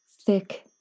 thick